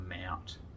mount